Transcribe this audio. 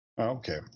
okay